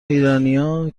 ایرانیا